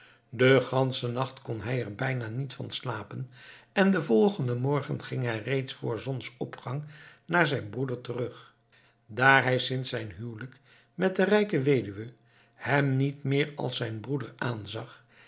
den ganschen nacht kon hij er bijna niet van slapen en den volgenden morgen ging hij reeds voor zonsopgang naar zijn broeder toe daar hij sinds zijn huwelijk met de rijke weduwe hem niet meer als zijn broeder aanzag